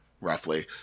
roughly